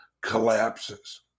collapses